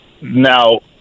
Now